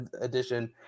edition